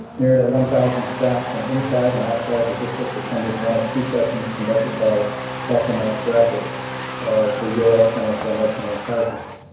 nearly one thousand, staff from inside and outside the district attended one of two sessions conducted by doctor marc brackett of the yale center for emotional intelligence.